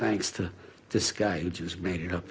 thanks to this guy who just made it up